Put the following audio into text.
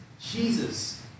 Jesus